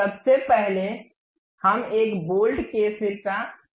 सबसे पहले हम एक बोल्ट के सिर का निर्माण करते हैं